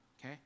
okay